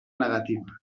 negativa